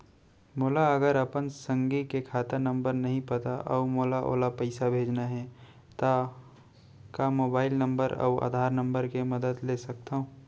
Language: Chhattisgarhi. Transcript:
मोला अगर अपन संगी के खाता नंबर नहीं पता अऊ मोला ओला पइसा भेजना हे ता का मोबाईल नंबर अऊ आधार नंबर के मदद ले सकथव?